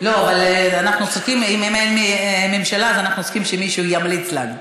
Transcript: אם אין ממשלה, אז אנחנו צריכים שמישהו ימליץ לנו.